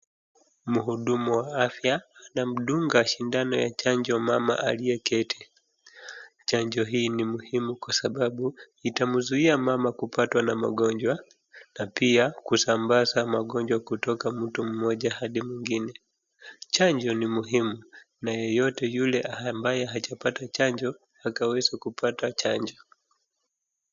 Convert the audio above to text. Mhudumu wa afya, anamdunga shindano ya chanjo mama aliyeketi. Chanjo hii ni muhimu kwa sababu itamzuia mama kupatwa na magonjwa, na pia kusambaza magonjwa kutoka mtu mmoja hadi mtu mwingine. Chanjo ni muhimu, na yeyote yule ambaye hajapata chanjo akaweze kupata chanjo.